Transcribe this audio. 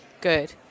good